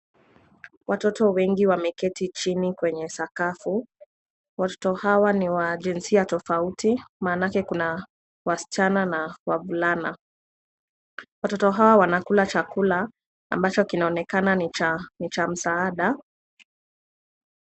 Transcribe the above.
Watoto wengi wameketi chini kwenye sakafu. Watoto hawa ni wa jinsia tofauti , maanake kuna wasichana na wavulana. Watoto hawa wanakula chakula ambacho kinaoneka ni cha msaada.